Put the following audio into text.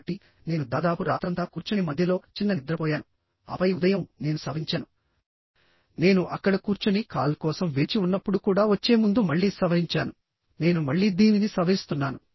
కాబట్టి నేను దాదాపు రాత్రంతా కూర్చుని మధ్యలో చిన్న నిద్రపోయాను ఆపై ఉదయం నేను సవరించాను నేను అక్కడ కూర్చుని కాల్ కోసం వేచి ఉన్నప్పుడు కూడా వచ్చే ముందు మళ్ళీ సవరించాను నేను మళ్ళీ దీనిని సవరిస్తున్నాను